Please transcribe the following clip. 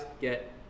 get